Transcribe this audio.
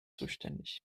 zuständig